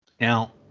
Now